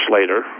later